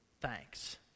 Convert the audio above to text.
Thanks